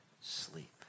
sleep